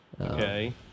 Okay